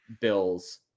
Bills